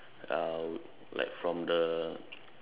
uh like from the